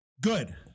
Good